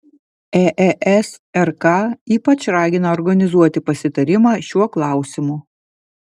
eesrk ypač ragina organizuoti pasitarimą šiuo klausimu